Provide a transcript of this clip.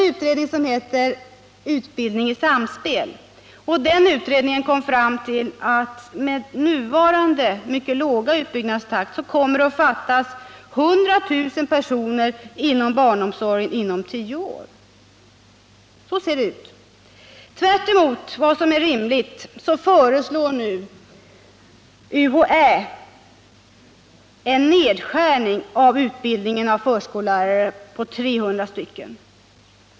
Utredningen Utbildning i samspel kom fram till att det med nuvarande mycket låga utbyggnadstakt kommer att fattas 100 000 personer inom barnomsorgen inom tio år. Så ser det ut. Tvärtemot vad som är rimligt föreslår UHÄ en nedskärning av utbildningen av förskollärare med 300 platser.